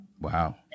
Wow